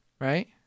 right